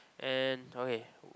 and okay